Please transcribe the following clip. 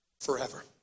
forever